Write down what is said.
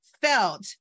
felt